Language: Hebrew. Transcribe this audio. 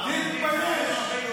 לא היו הרבה ערבים --- תתבייש.